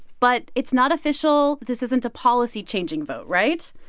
but it's not official. this isn't a policy-changing vote, right?